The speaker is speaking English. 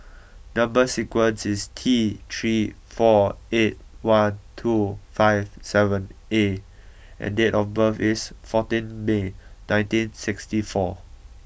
number sequence is T three four eight one two five seven A and date of birth is fourteen May nineteen sixty four